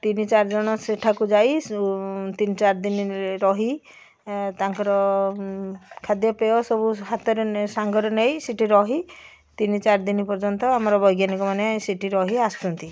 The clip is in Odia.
ତିନି ଚାରି ଜଣ ସେଠାକୁ ଯାଇ ତିନି ଚାରି ଦିନ ରହି ତାଙ୍କର ଖାଦ୍ୟପେୟ ସବୁ ହାତରେ ସାଙ୍ଗରେ ନେଇ ସେଠି ରହି ତିନି ଚାରି ଦିନ ପର୍ଯ୍ୟନ୍ତ ଆମର ବୈଜ୍ଞାନିକମାନେ ସେଠି ରହି ଆସଛନ୍ତି